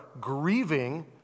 grieving